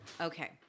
Okay